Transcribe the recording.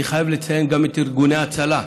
אני חייב לציין גם את ארגוני ההצלה,